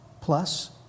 plus